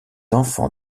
enfant